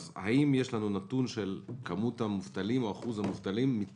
האם יש לנו נתון על שיעור המובטלים מתוך